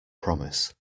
promise